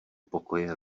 pokoje